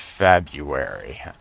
February